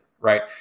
right